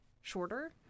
shorter